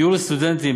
דיור לסטודנטים.